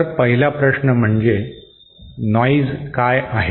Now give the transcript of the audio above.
तर पहिला प्रश्न म्हणजे नॉंईज काय आहे